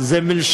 נח זה מלשון: